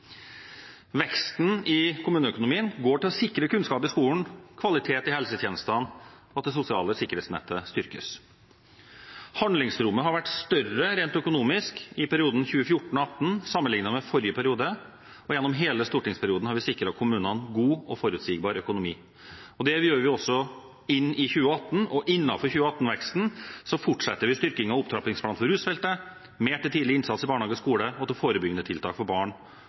Veksten i kommuneøkonomien går til å sikre kunnskap i skolen, til kvalitet i helsetjenestene og til at det sosiale sikkerhetsnettet styrkes. Handlingsrommet har vært større rent økonomisk i perioden 2014–2018 sammenlignet med forrige periode, og gjennom hele stortingsperioden har vi sikret kommunene god og forutsigbar økonomi. Det gjør vi også inn i 2018. Innenfor 2018-veksten fortsetter vi styrkingen av opptrappingsplanen for rusfeltet og gir mer til tidlig innsats i barnehage og skole og til forebyggende tiltak for barn,